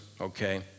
okay